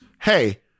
hey